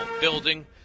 building